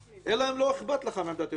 אלא אם כן לא אכפת לך מעמדת היועץ המשפטי.